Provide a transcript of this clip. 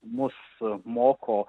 mus moko